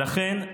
לכן,